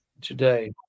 today